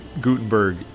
Gutenberg